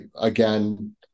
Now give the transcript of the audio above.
again